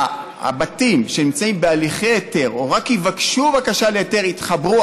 הבתים שנמצאים בהליכי היתר או רק יבקשו בקשה להיתר יתחברו,